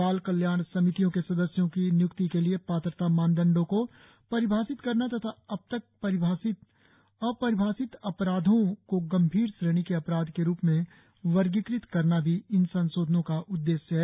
बाल कल्याण समितियों के सदस्यों की निय्क्ति के लिए पात्रता मानदण्डों को परिभाषित करना तथा अब तक अपरिभाषित अपराधों को गंभीर श्रेणी के अपराध के रूप में वर्गीकृत करना भी इन संशोधनों का उद्देश्य है